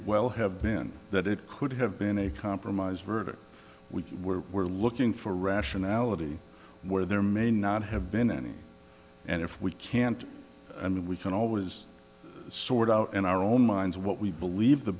well have been that it could have been a compromise verdict we were looking for rationality where there may not have been any and if we can't and we can always sort out in our own minds what we believe the